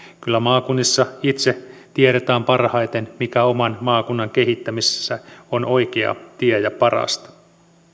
kyllä maakunnissa itse tiedetään parhaiten mikä oman maakunnan kehittämisessä on oikea tie ja parasta